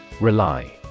Rely